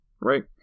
right